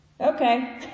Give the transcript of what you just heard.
okay